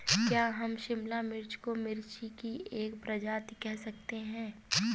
क्या हम शिमला मिर्च को मिर्ची की एक प्रजाति कह सकते हैं?